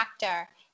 factor